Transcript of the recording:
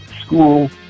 school